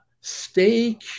stay